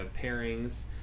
pairings